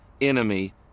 enemy